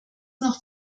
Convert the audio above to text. noch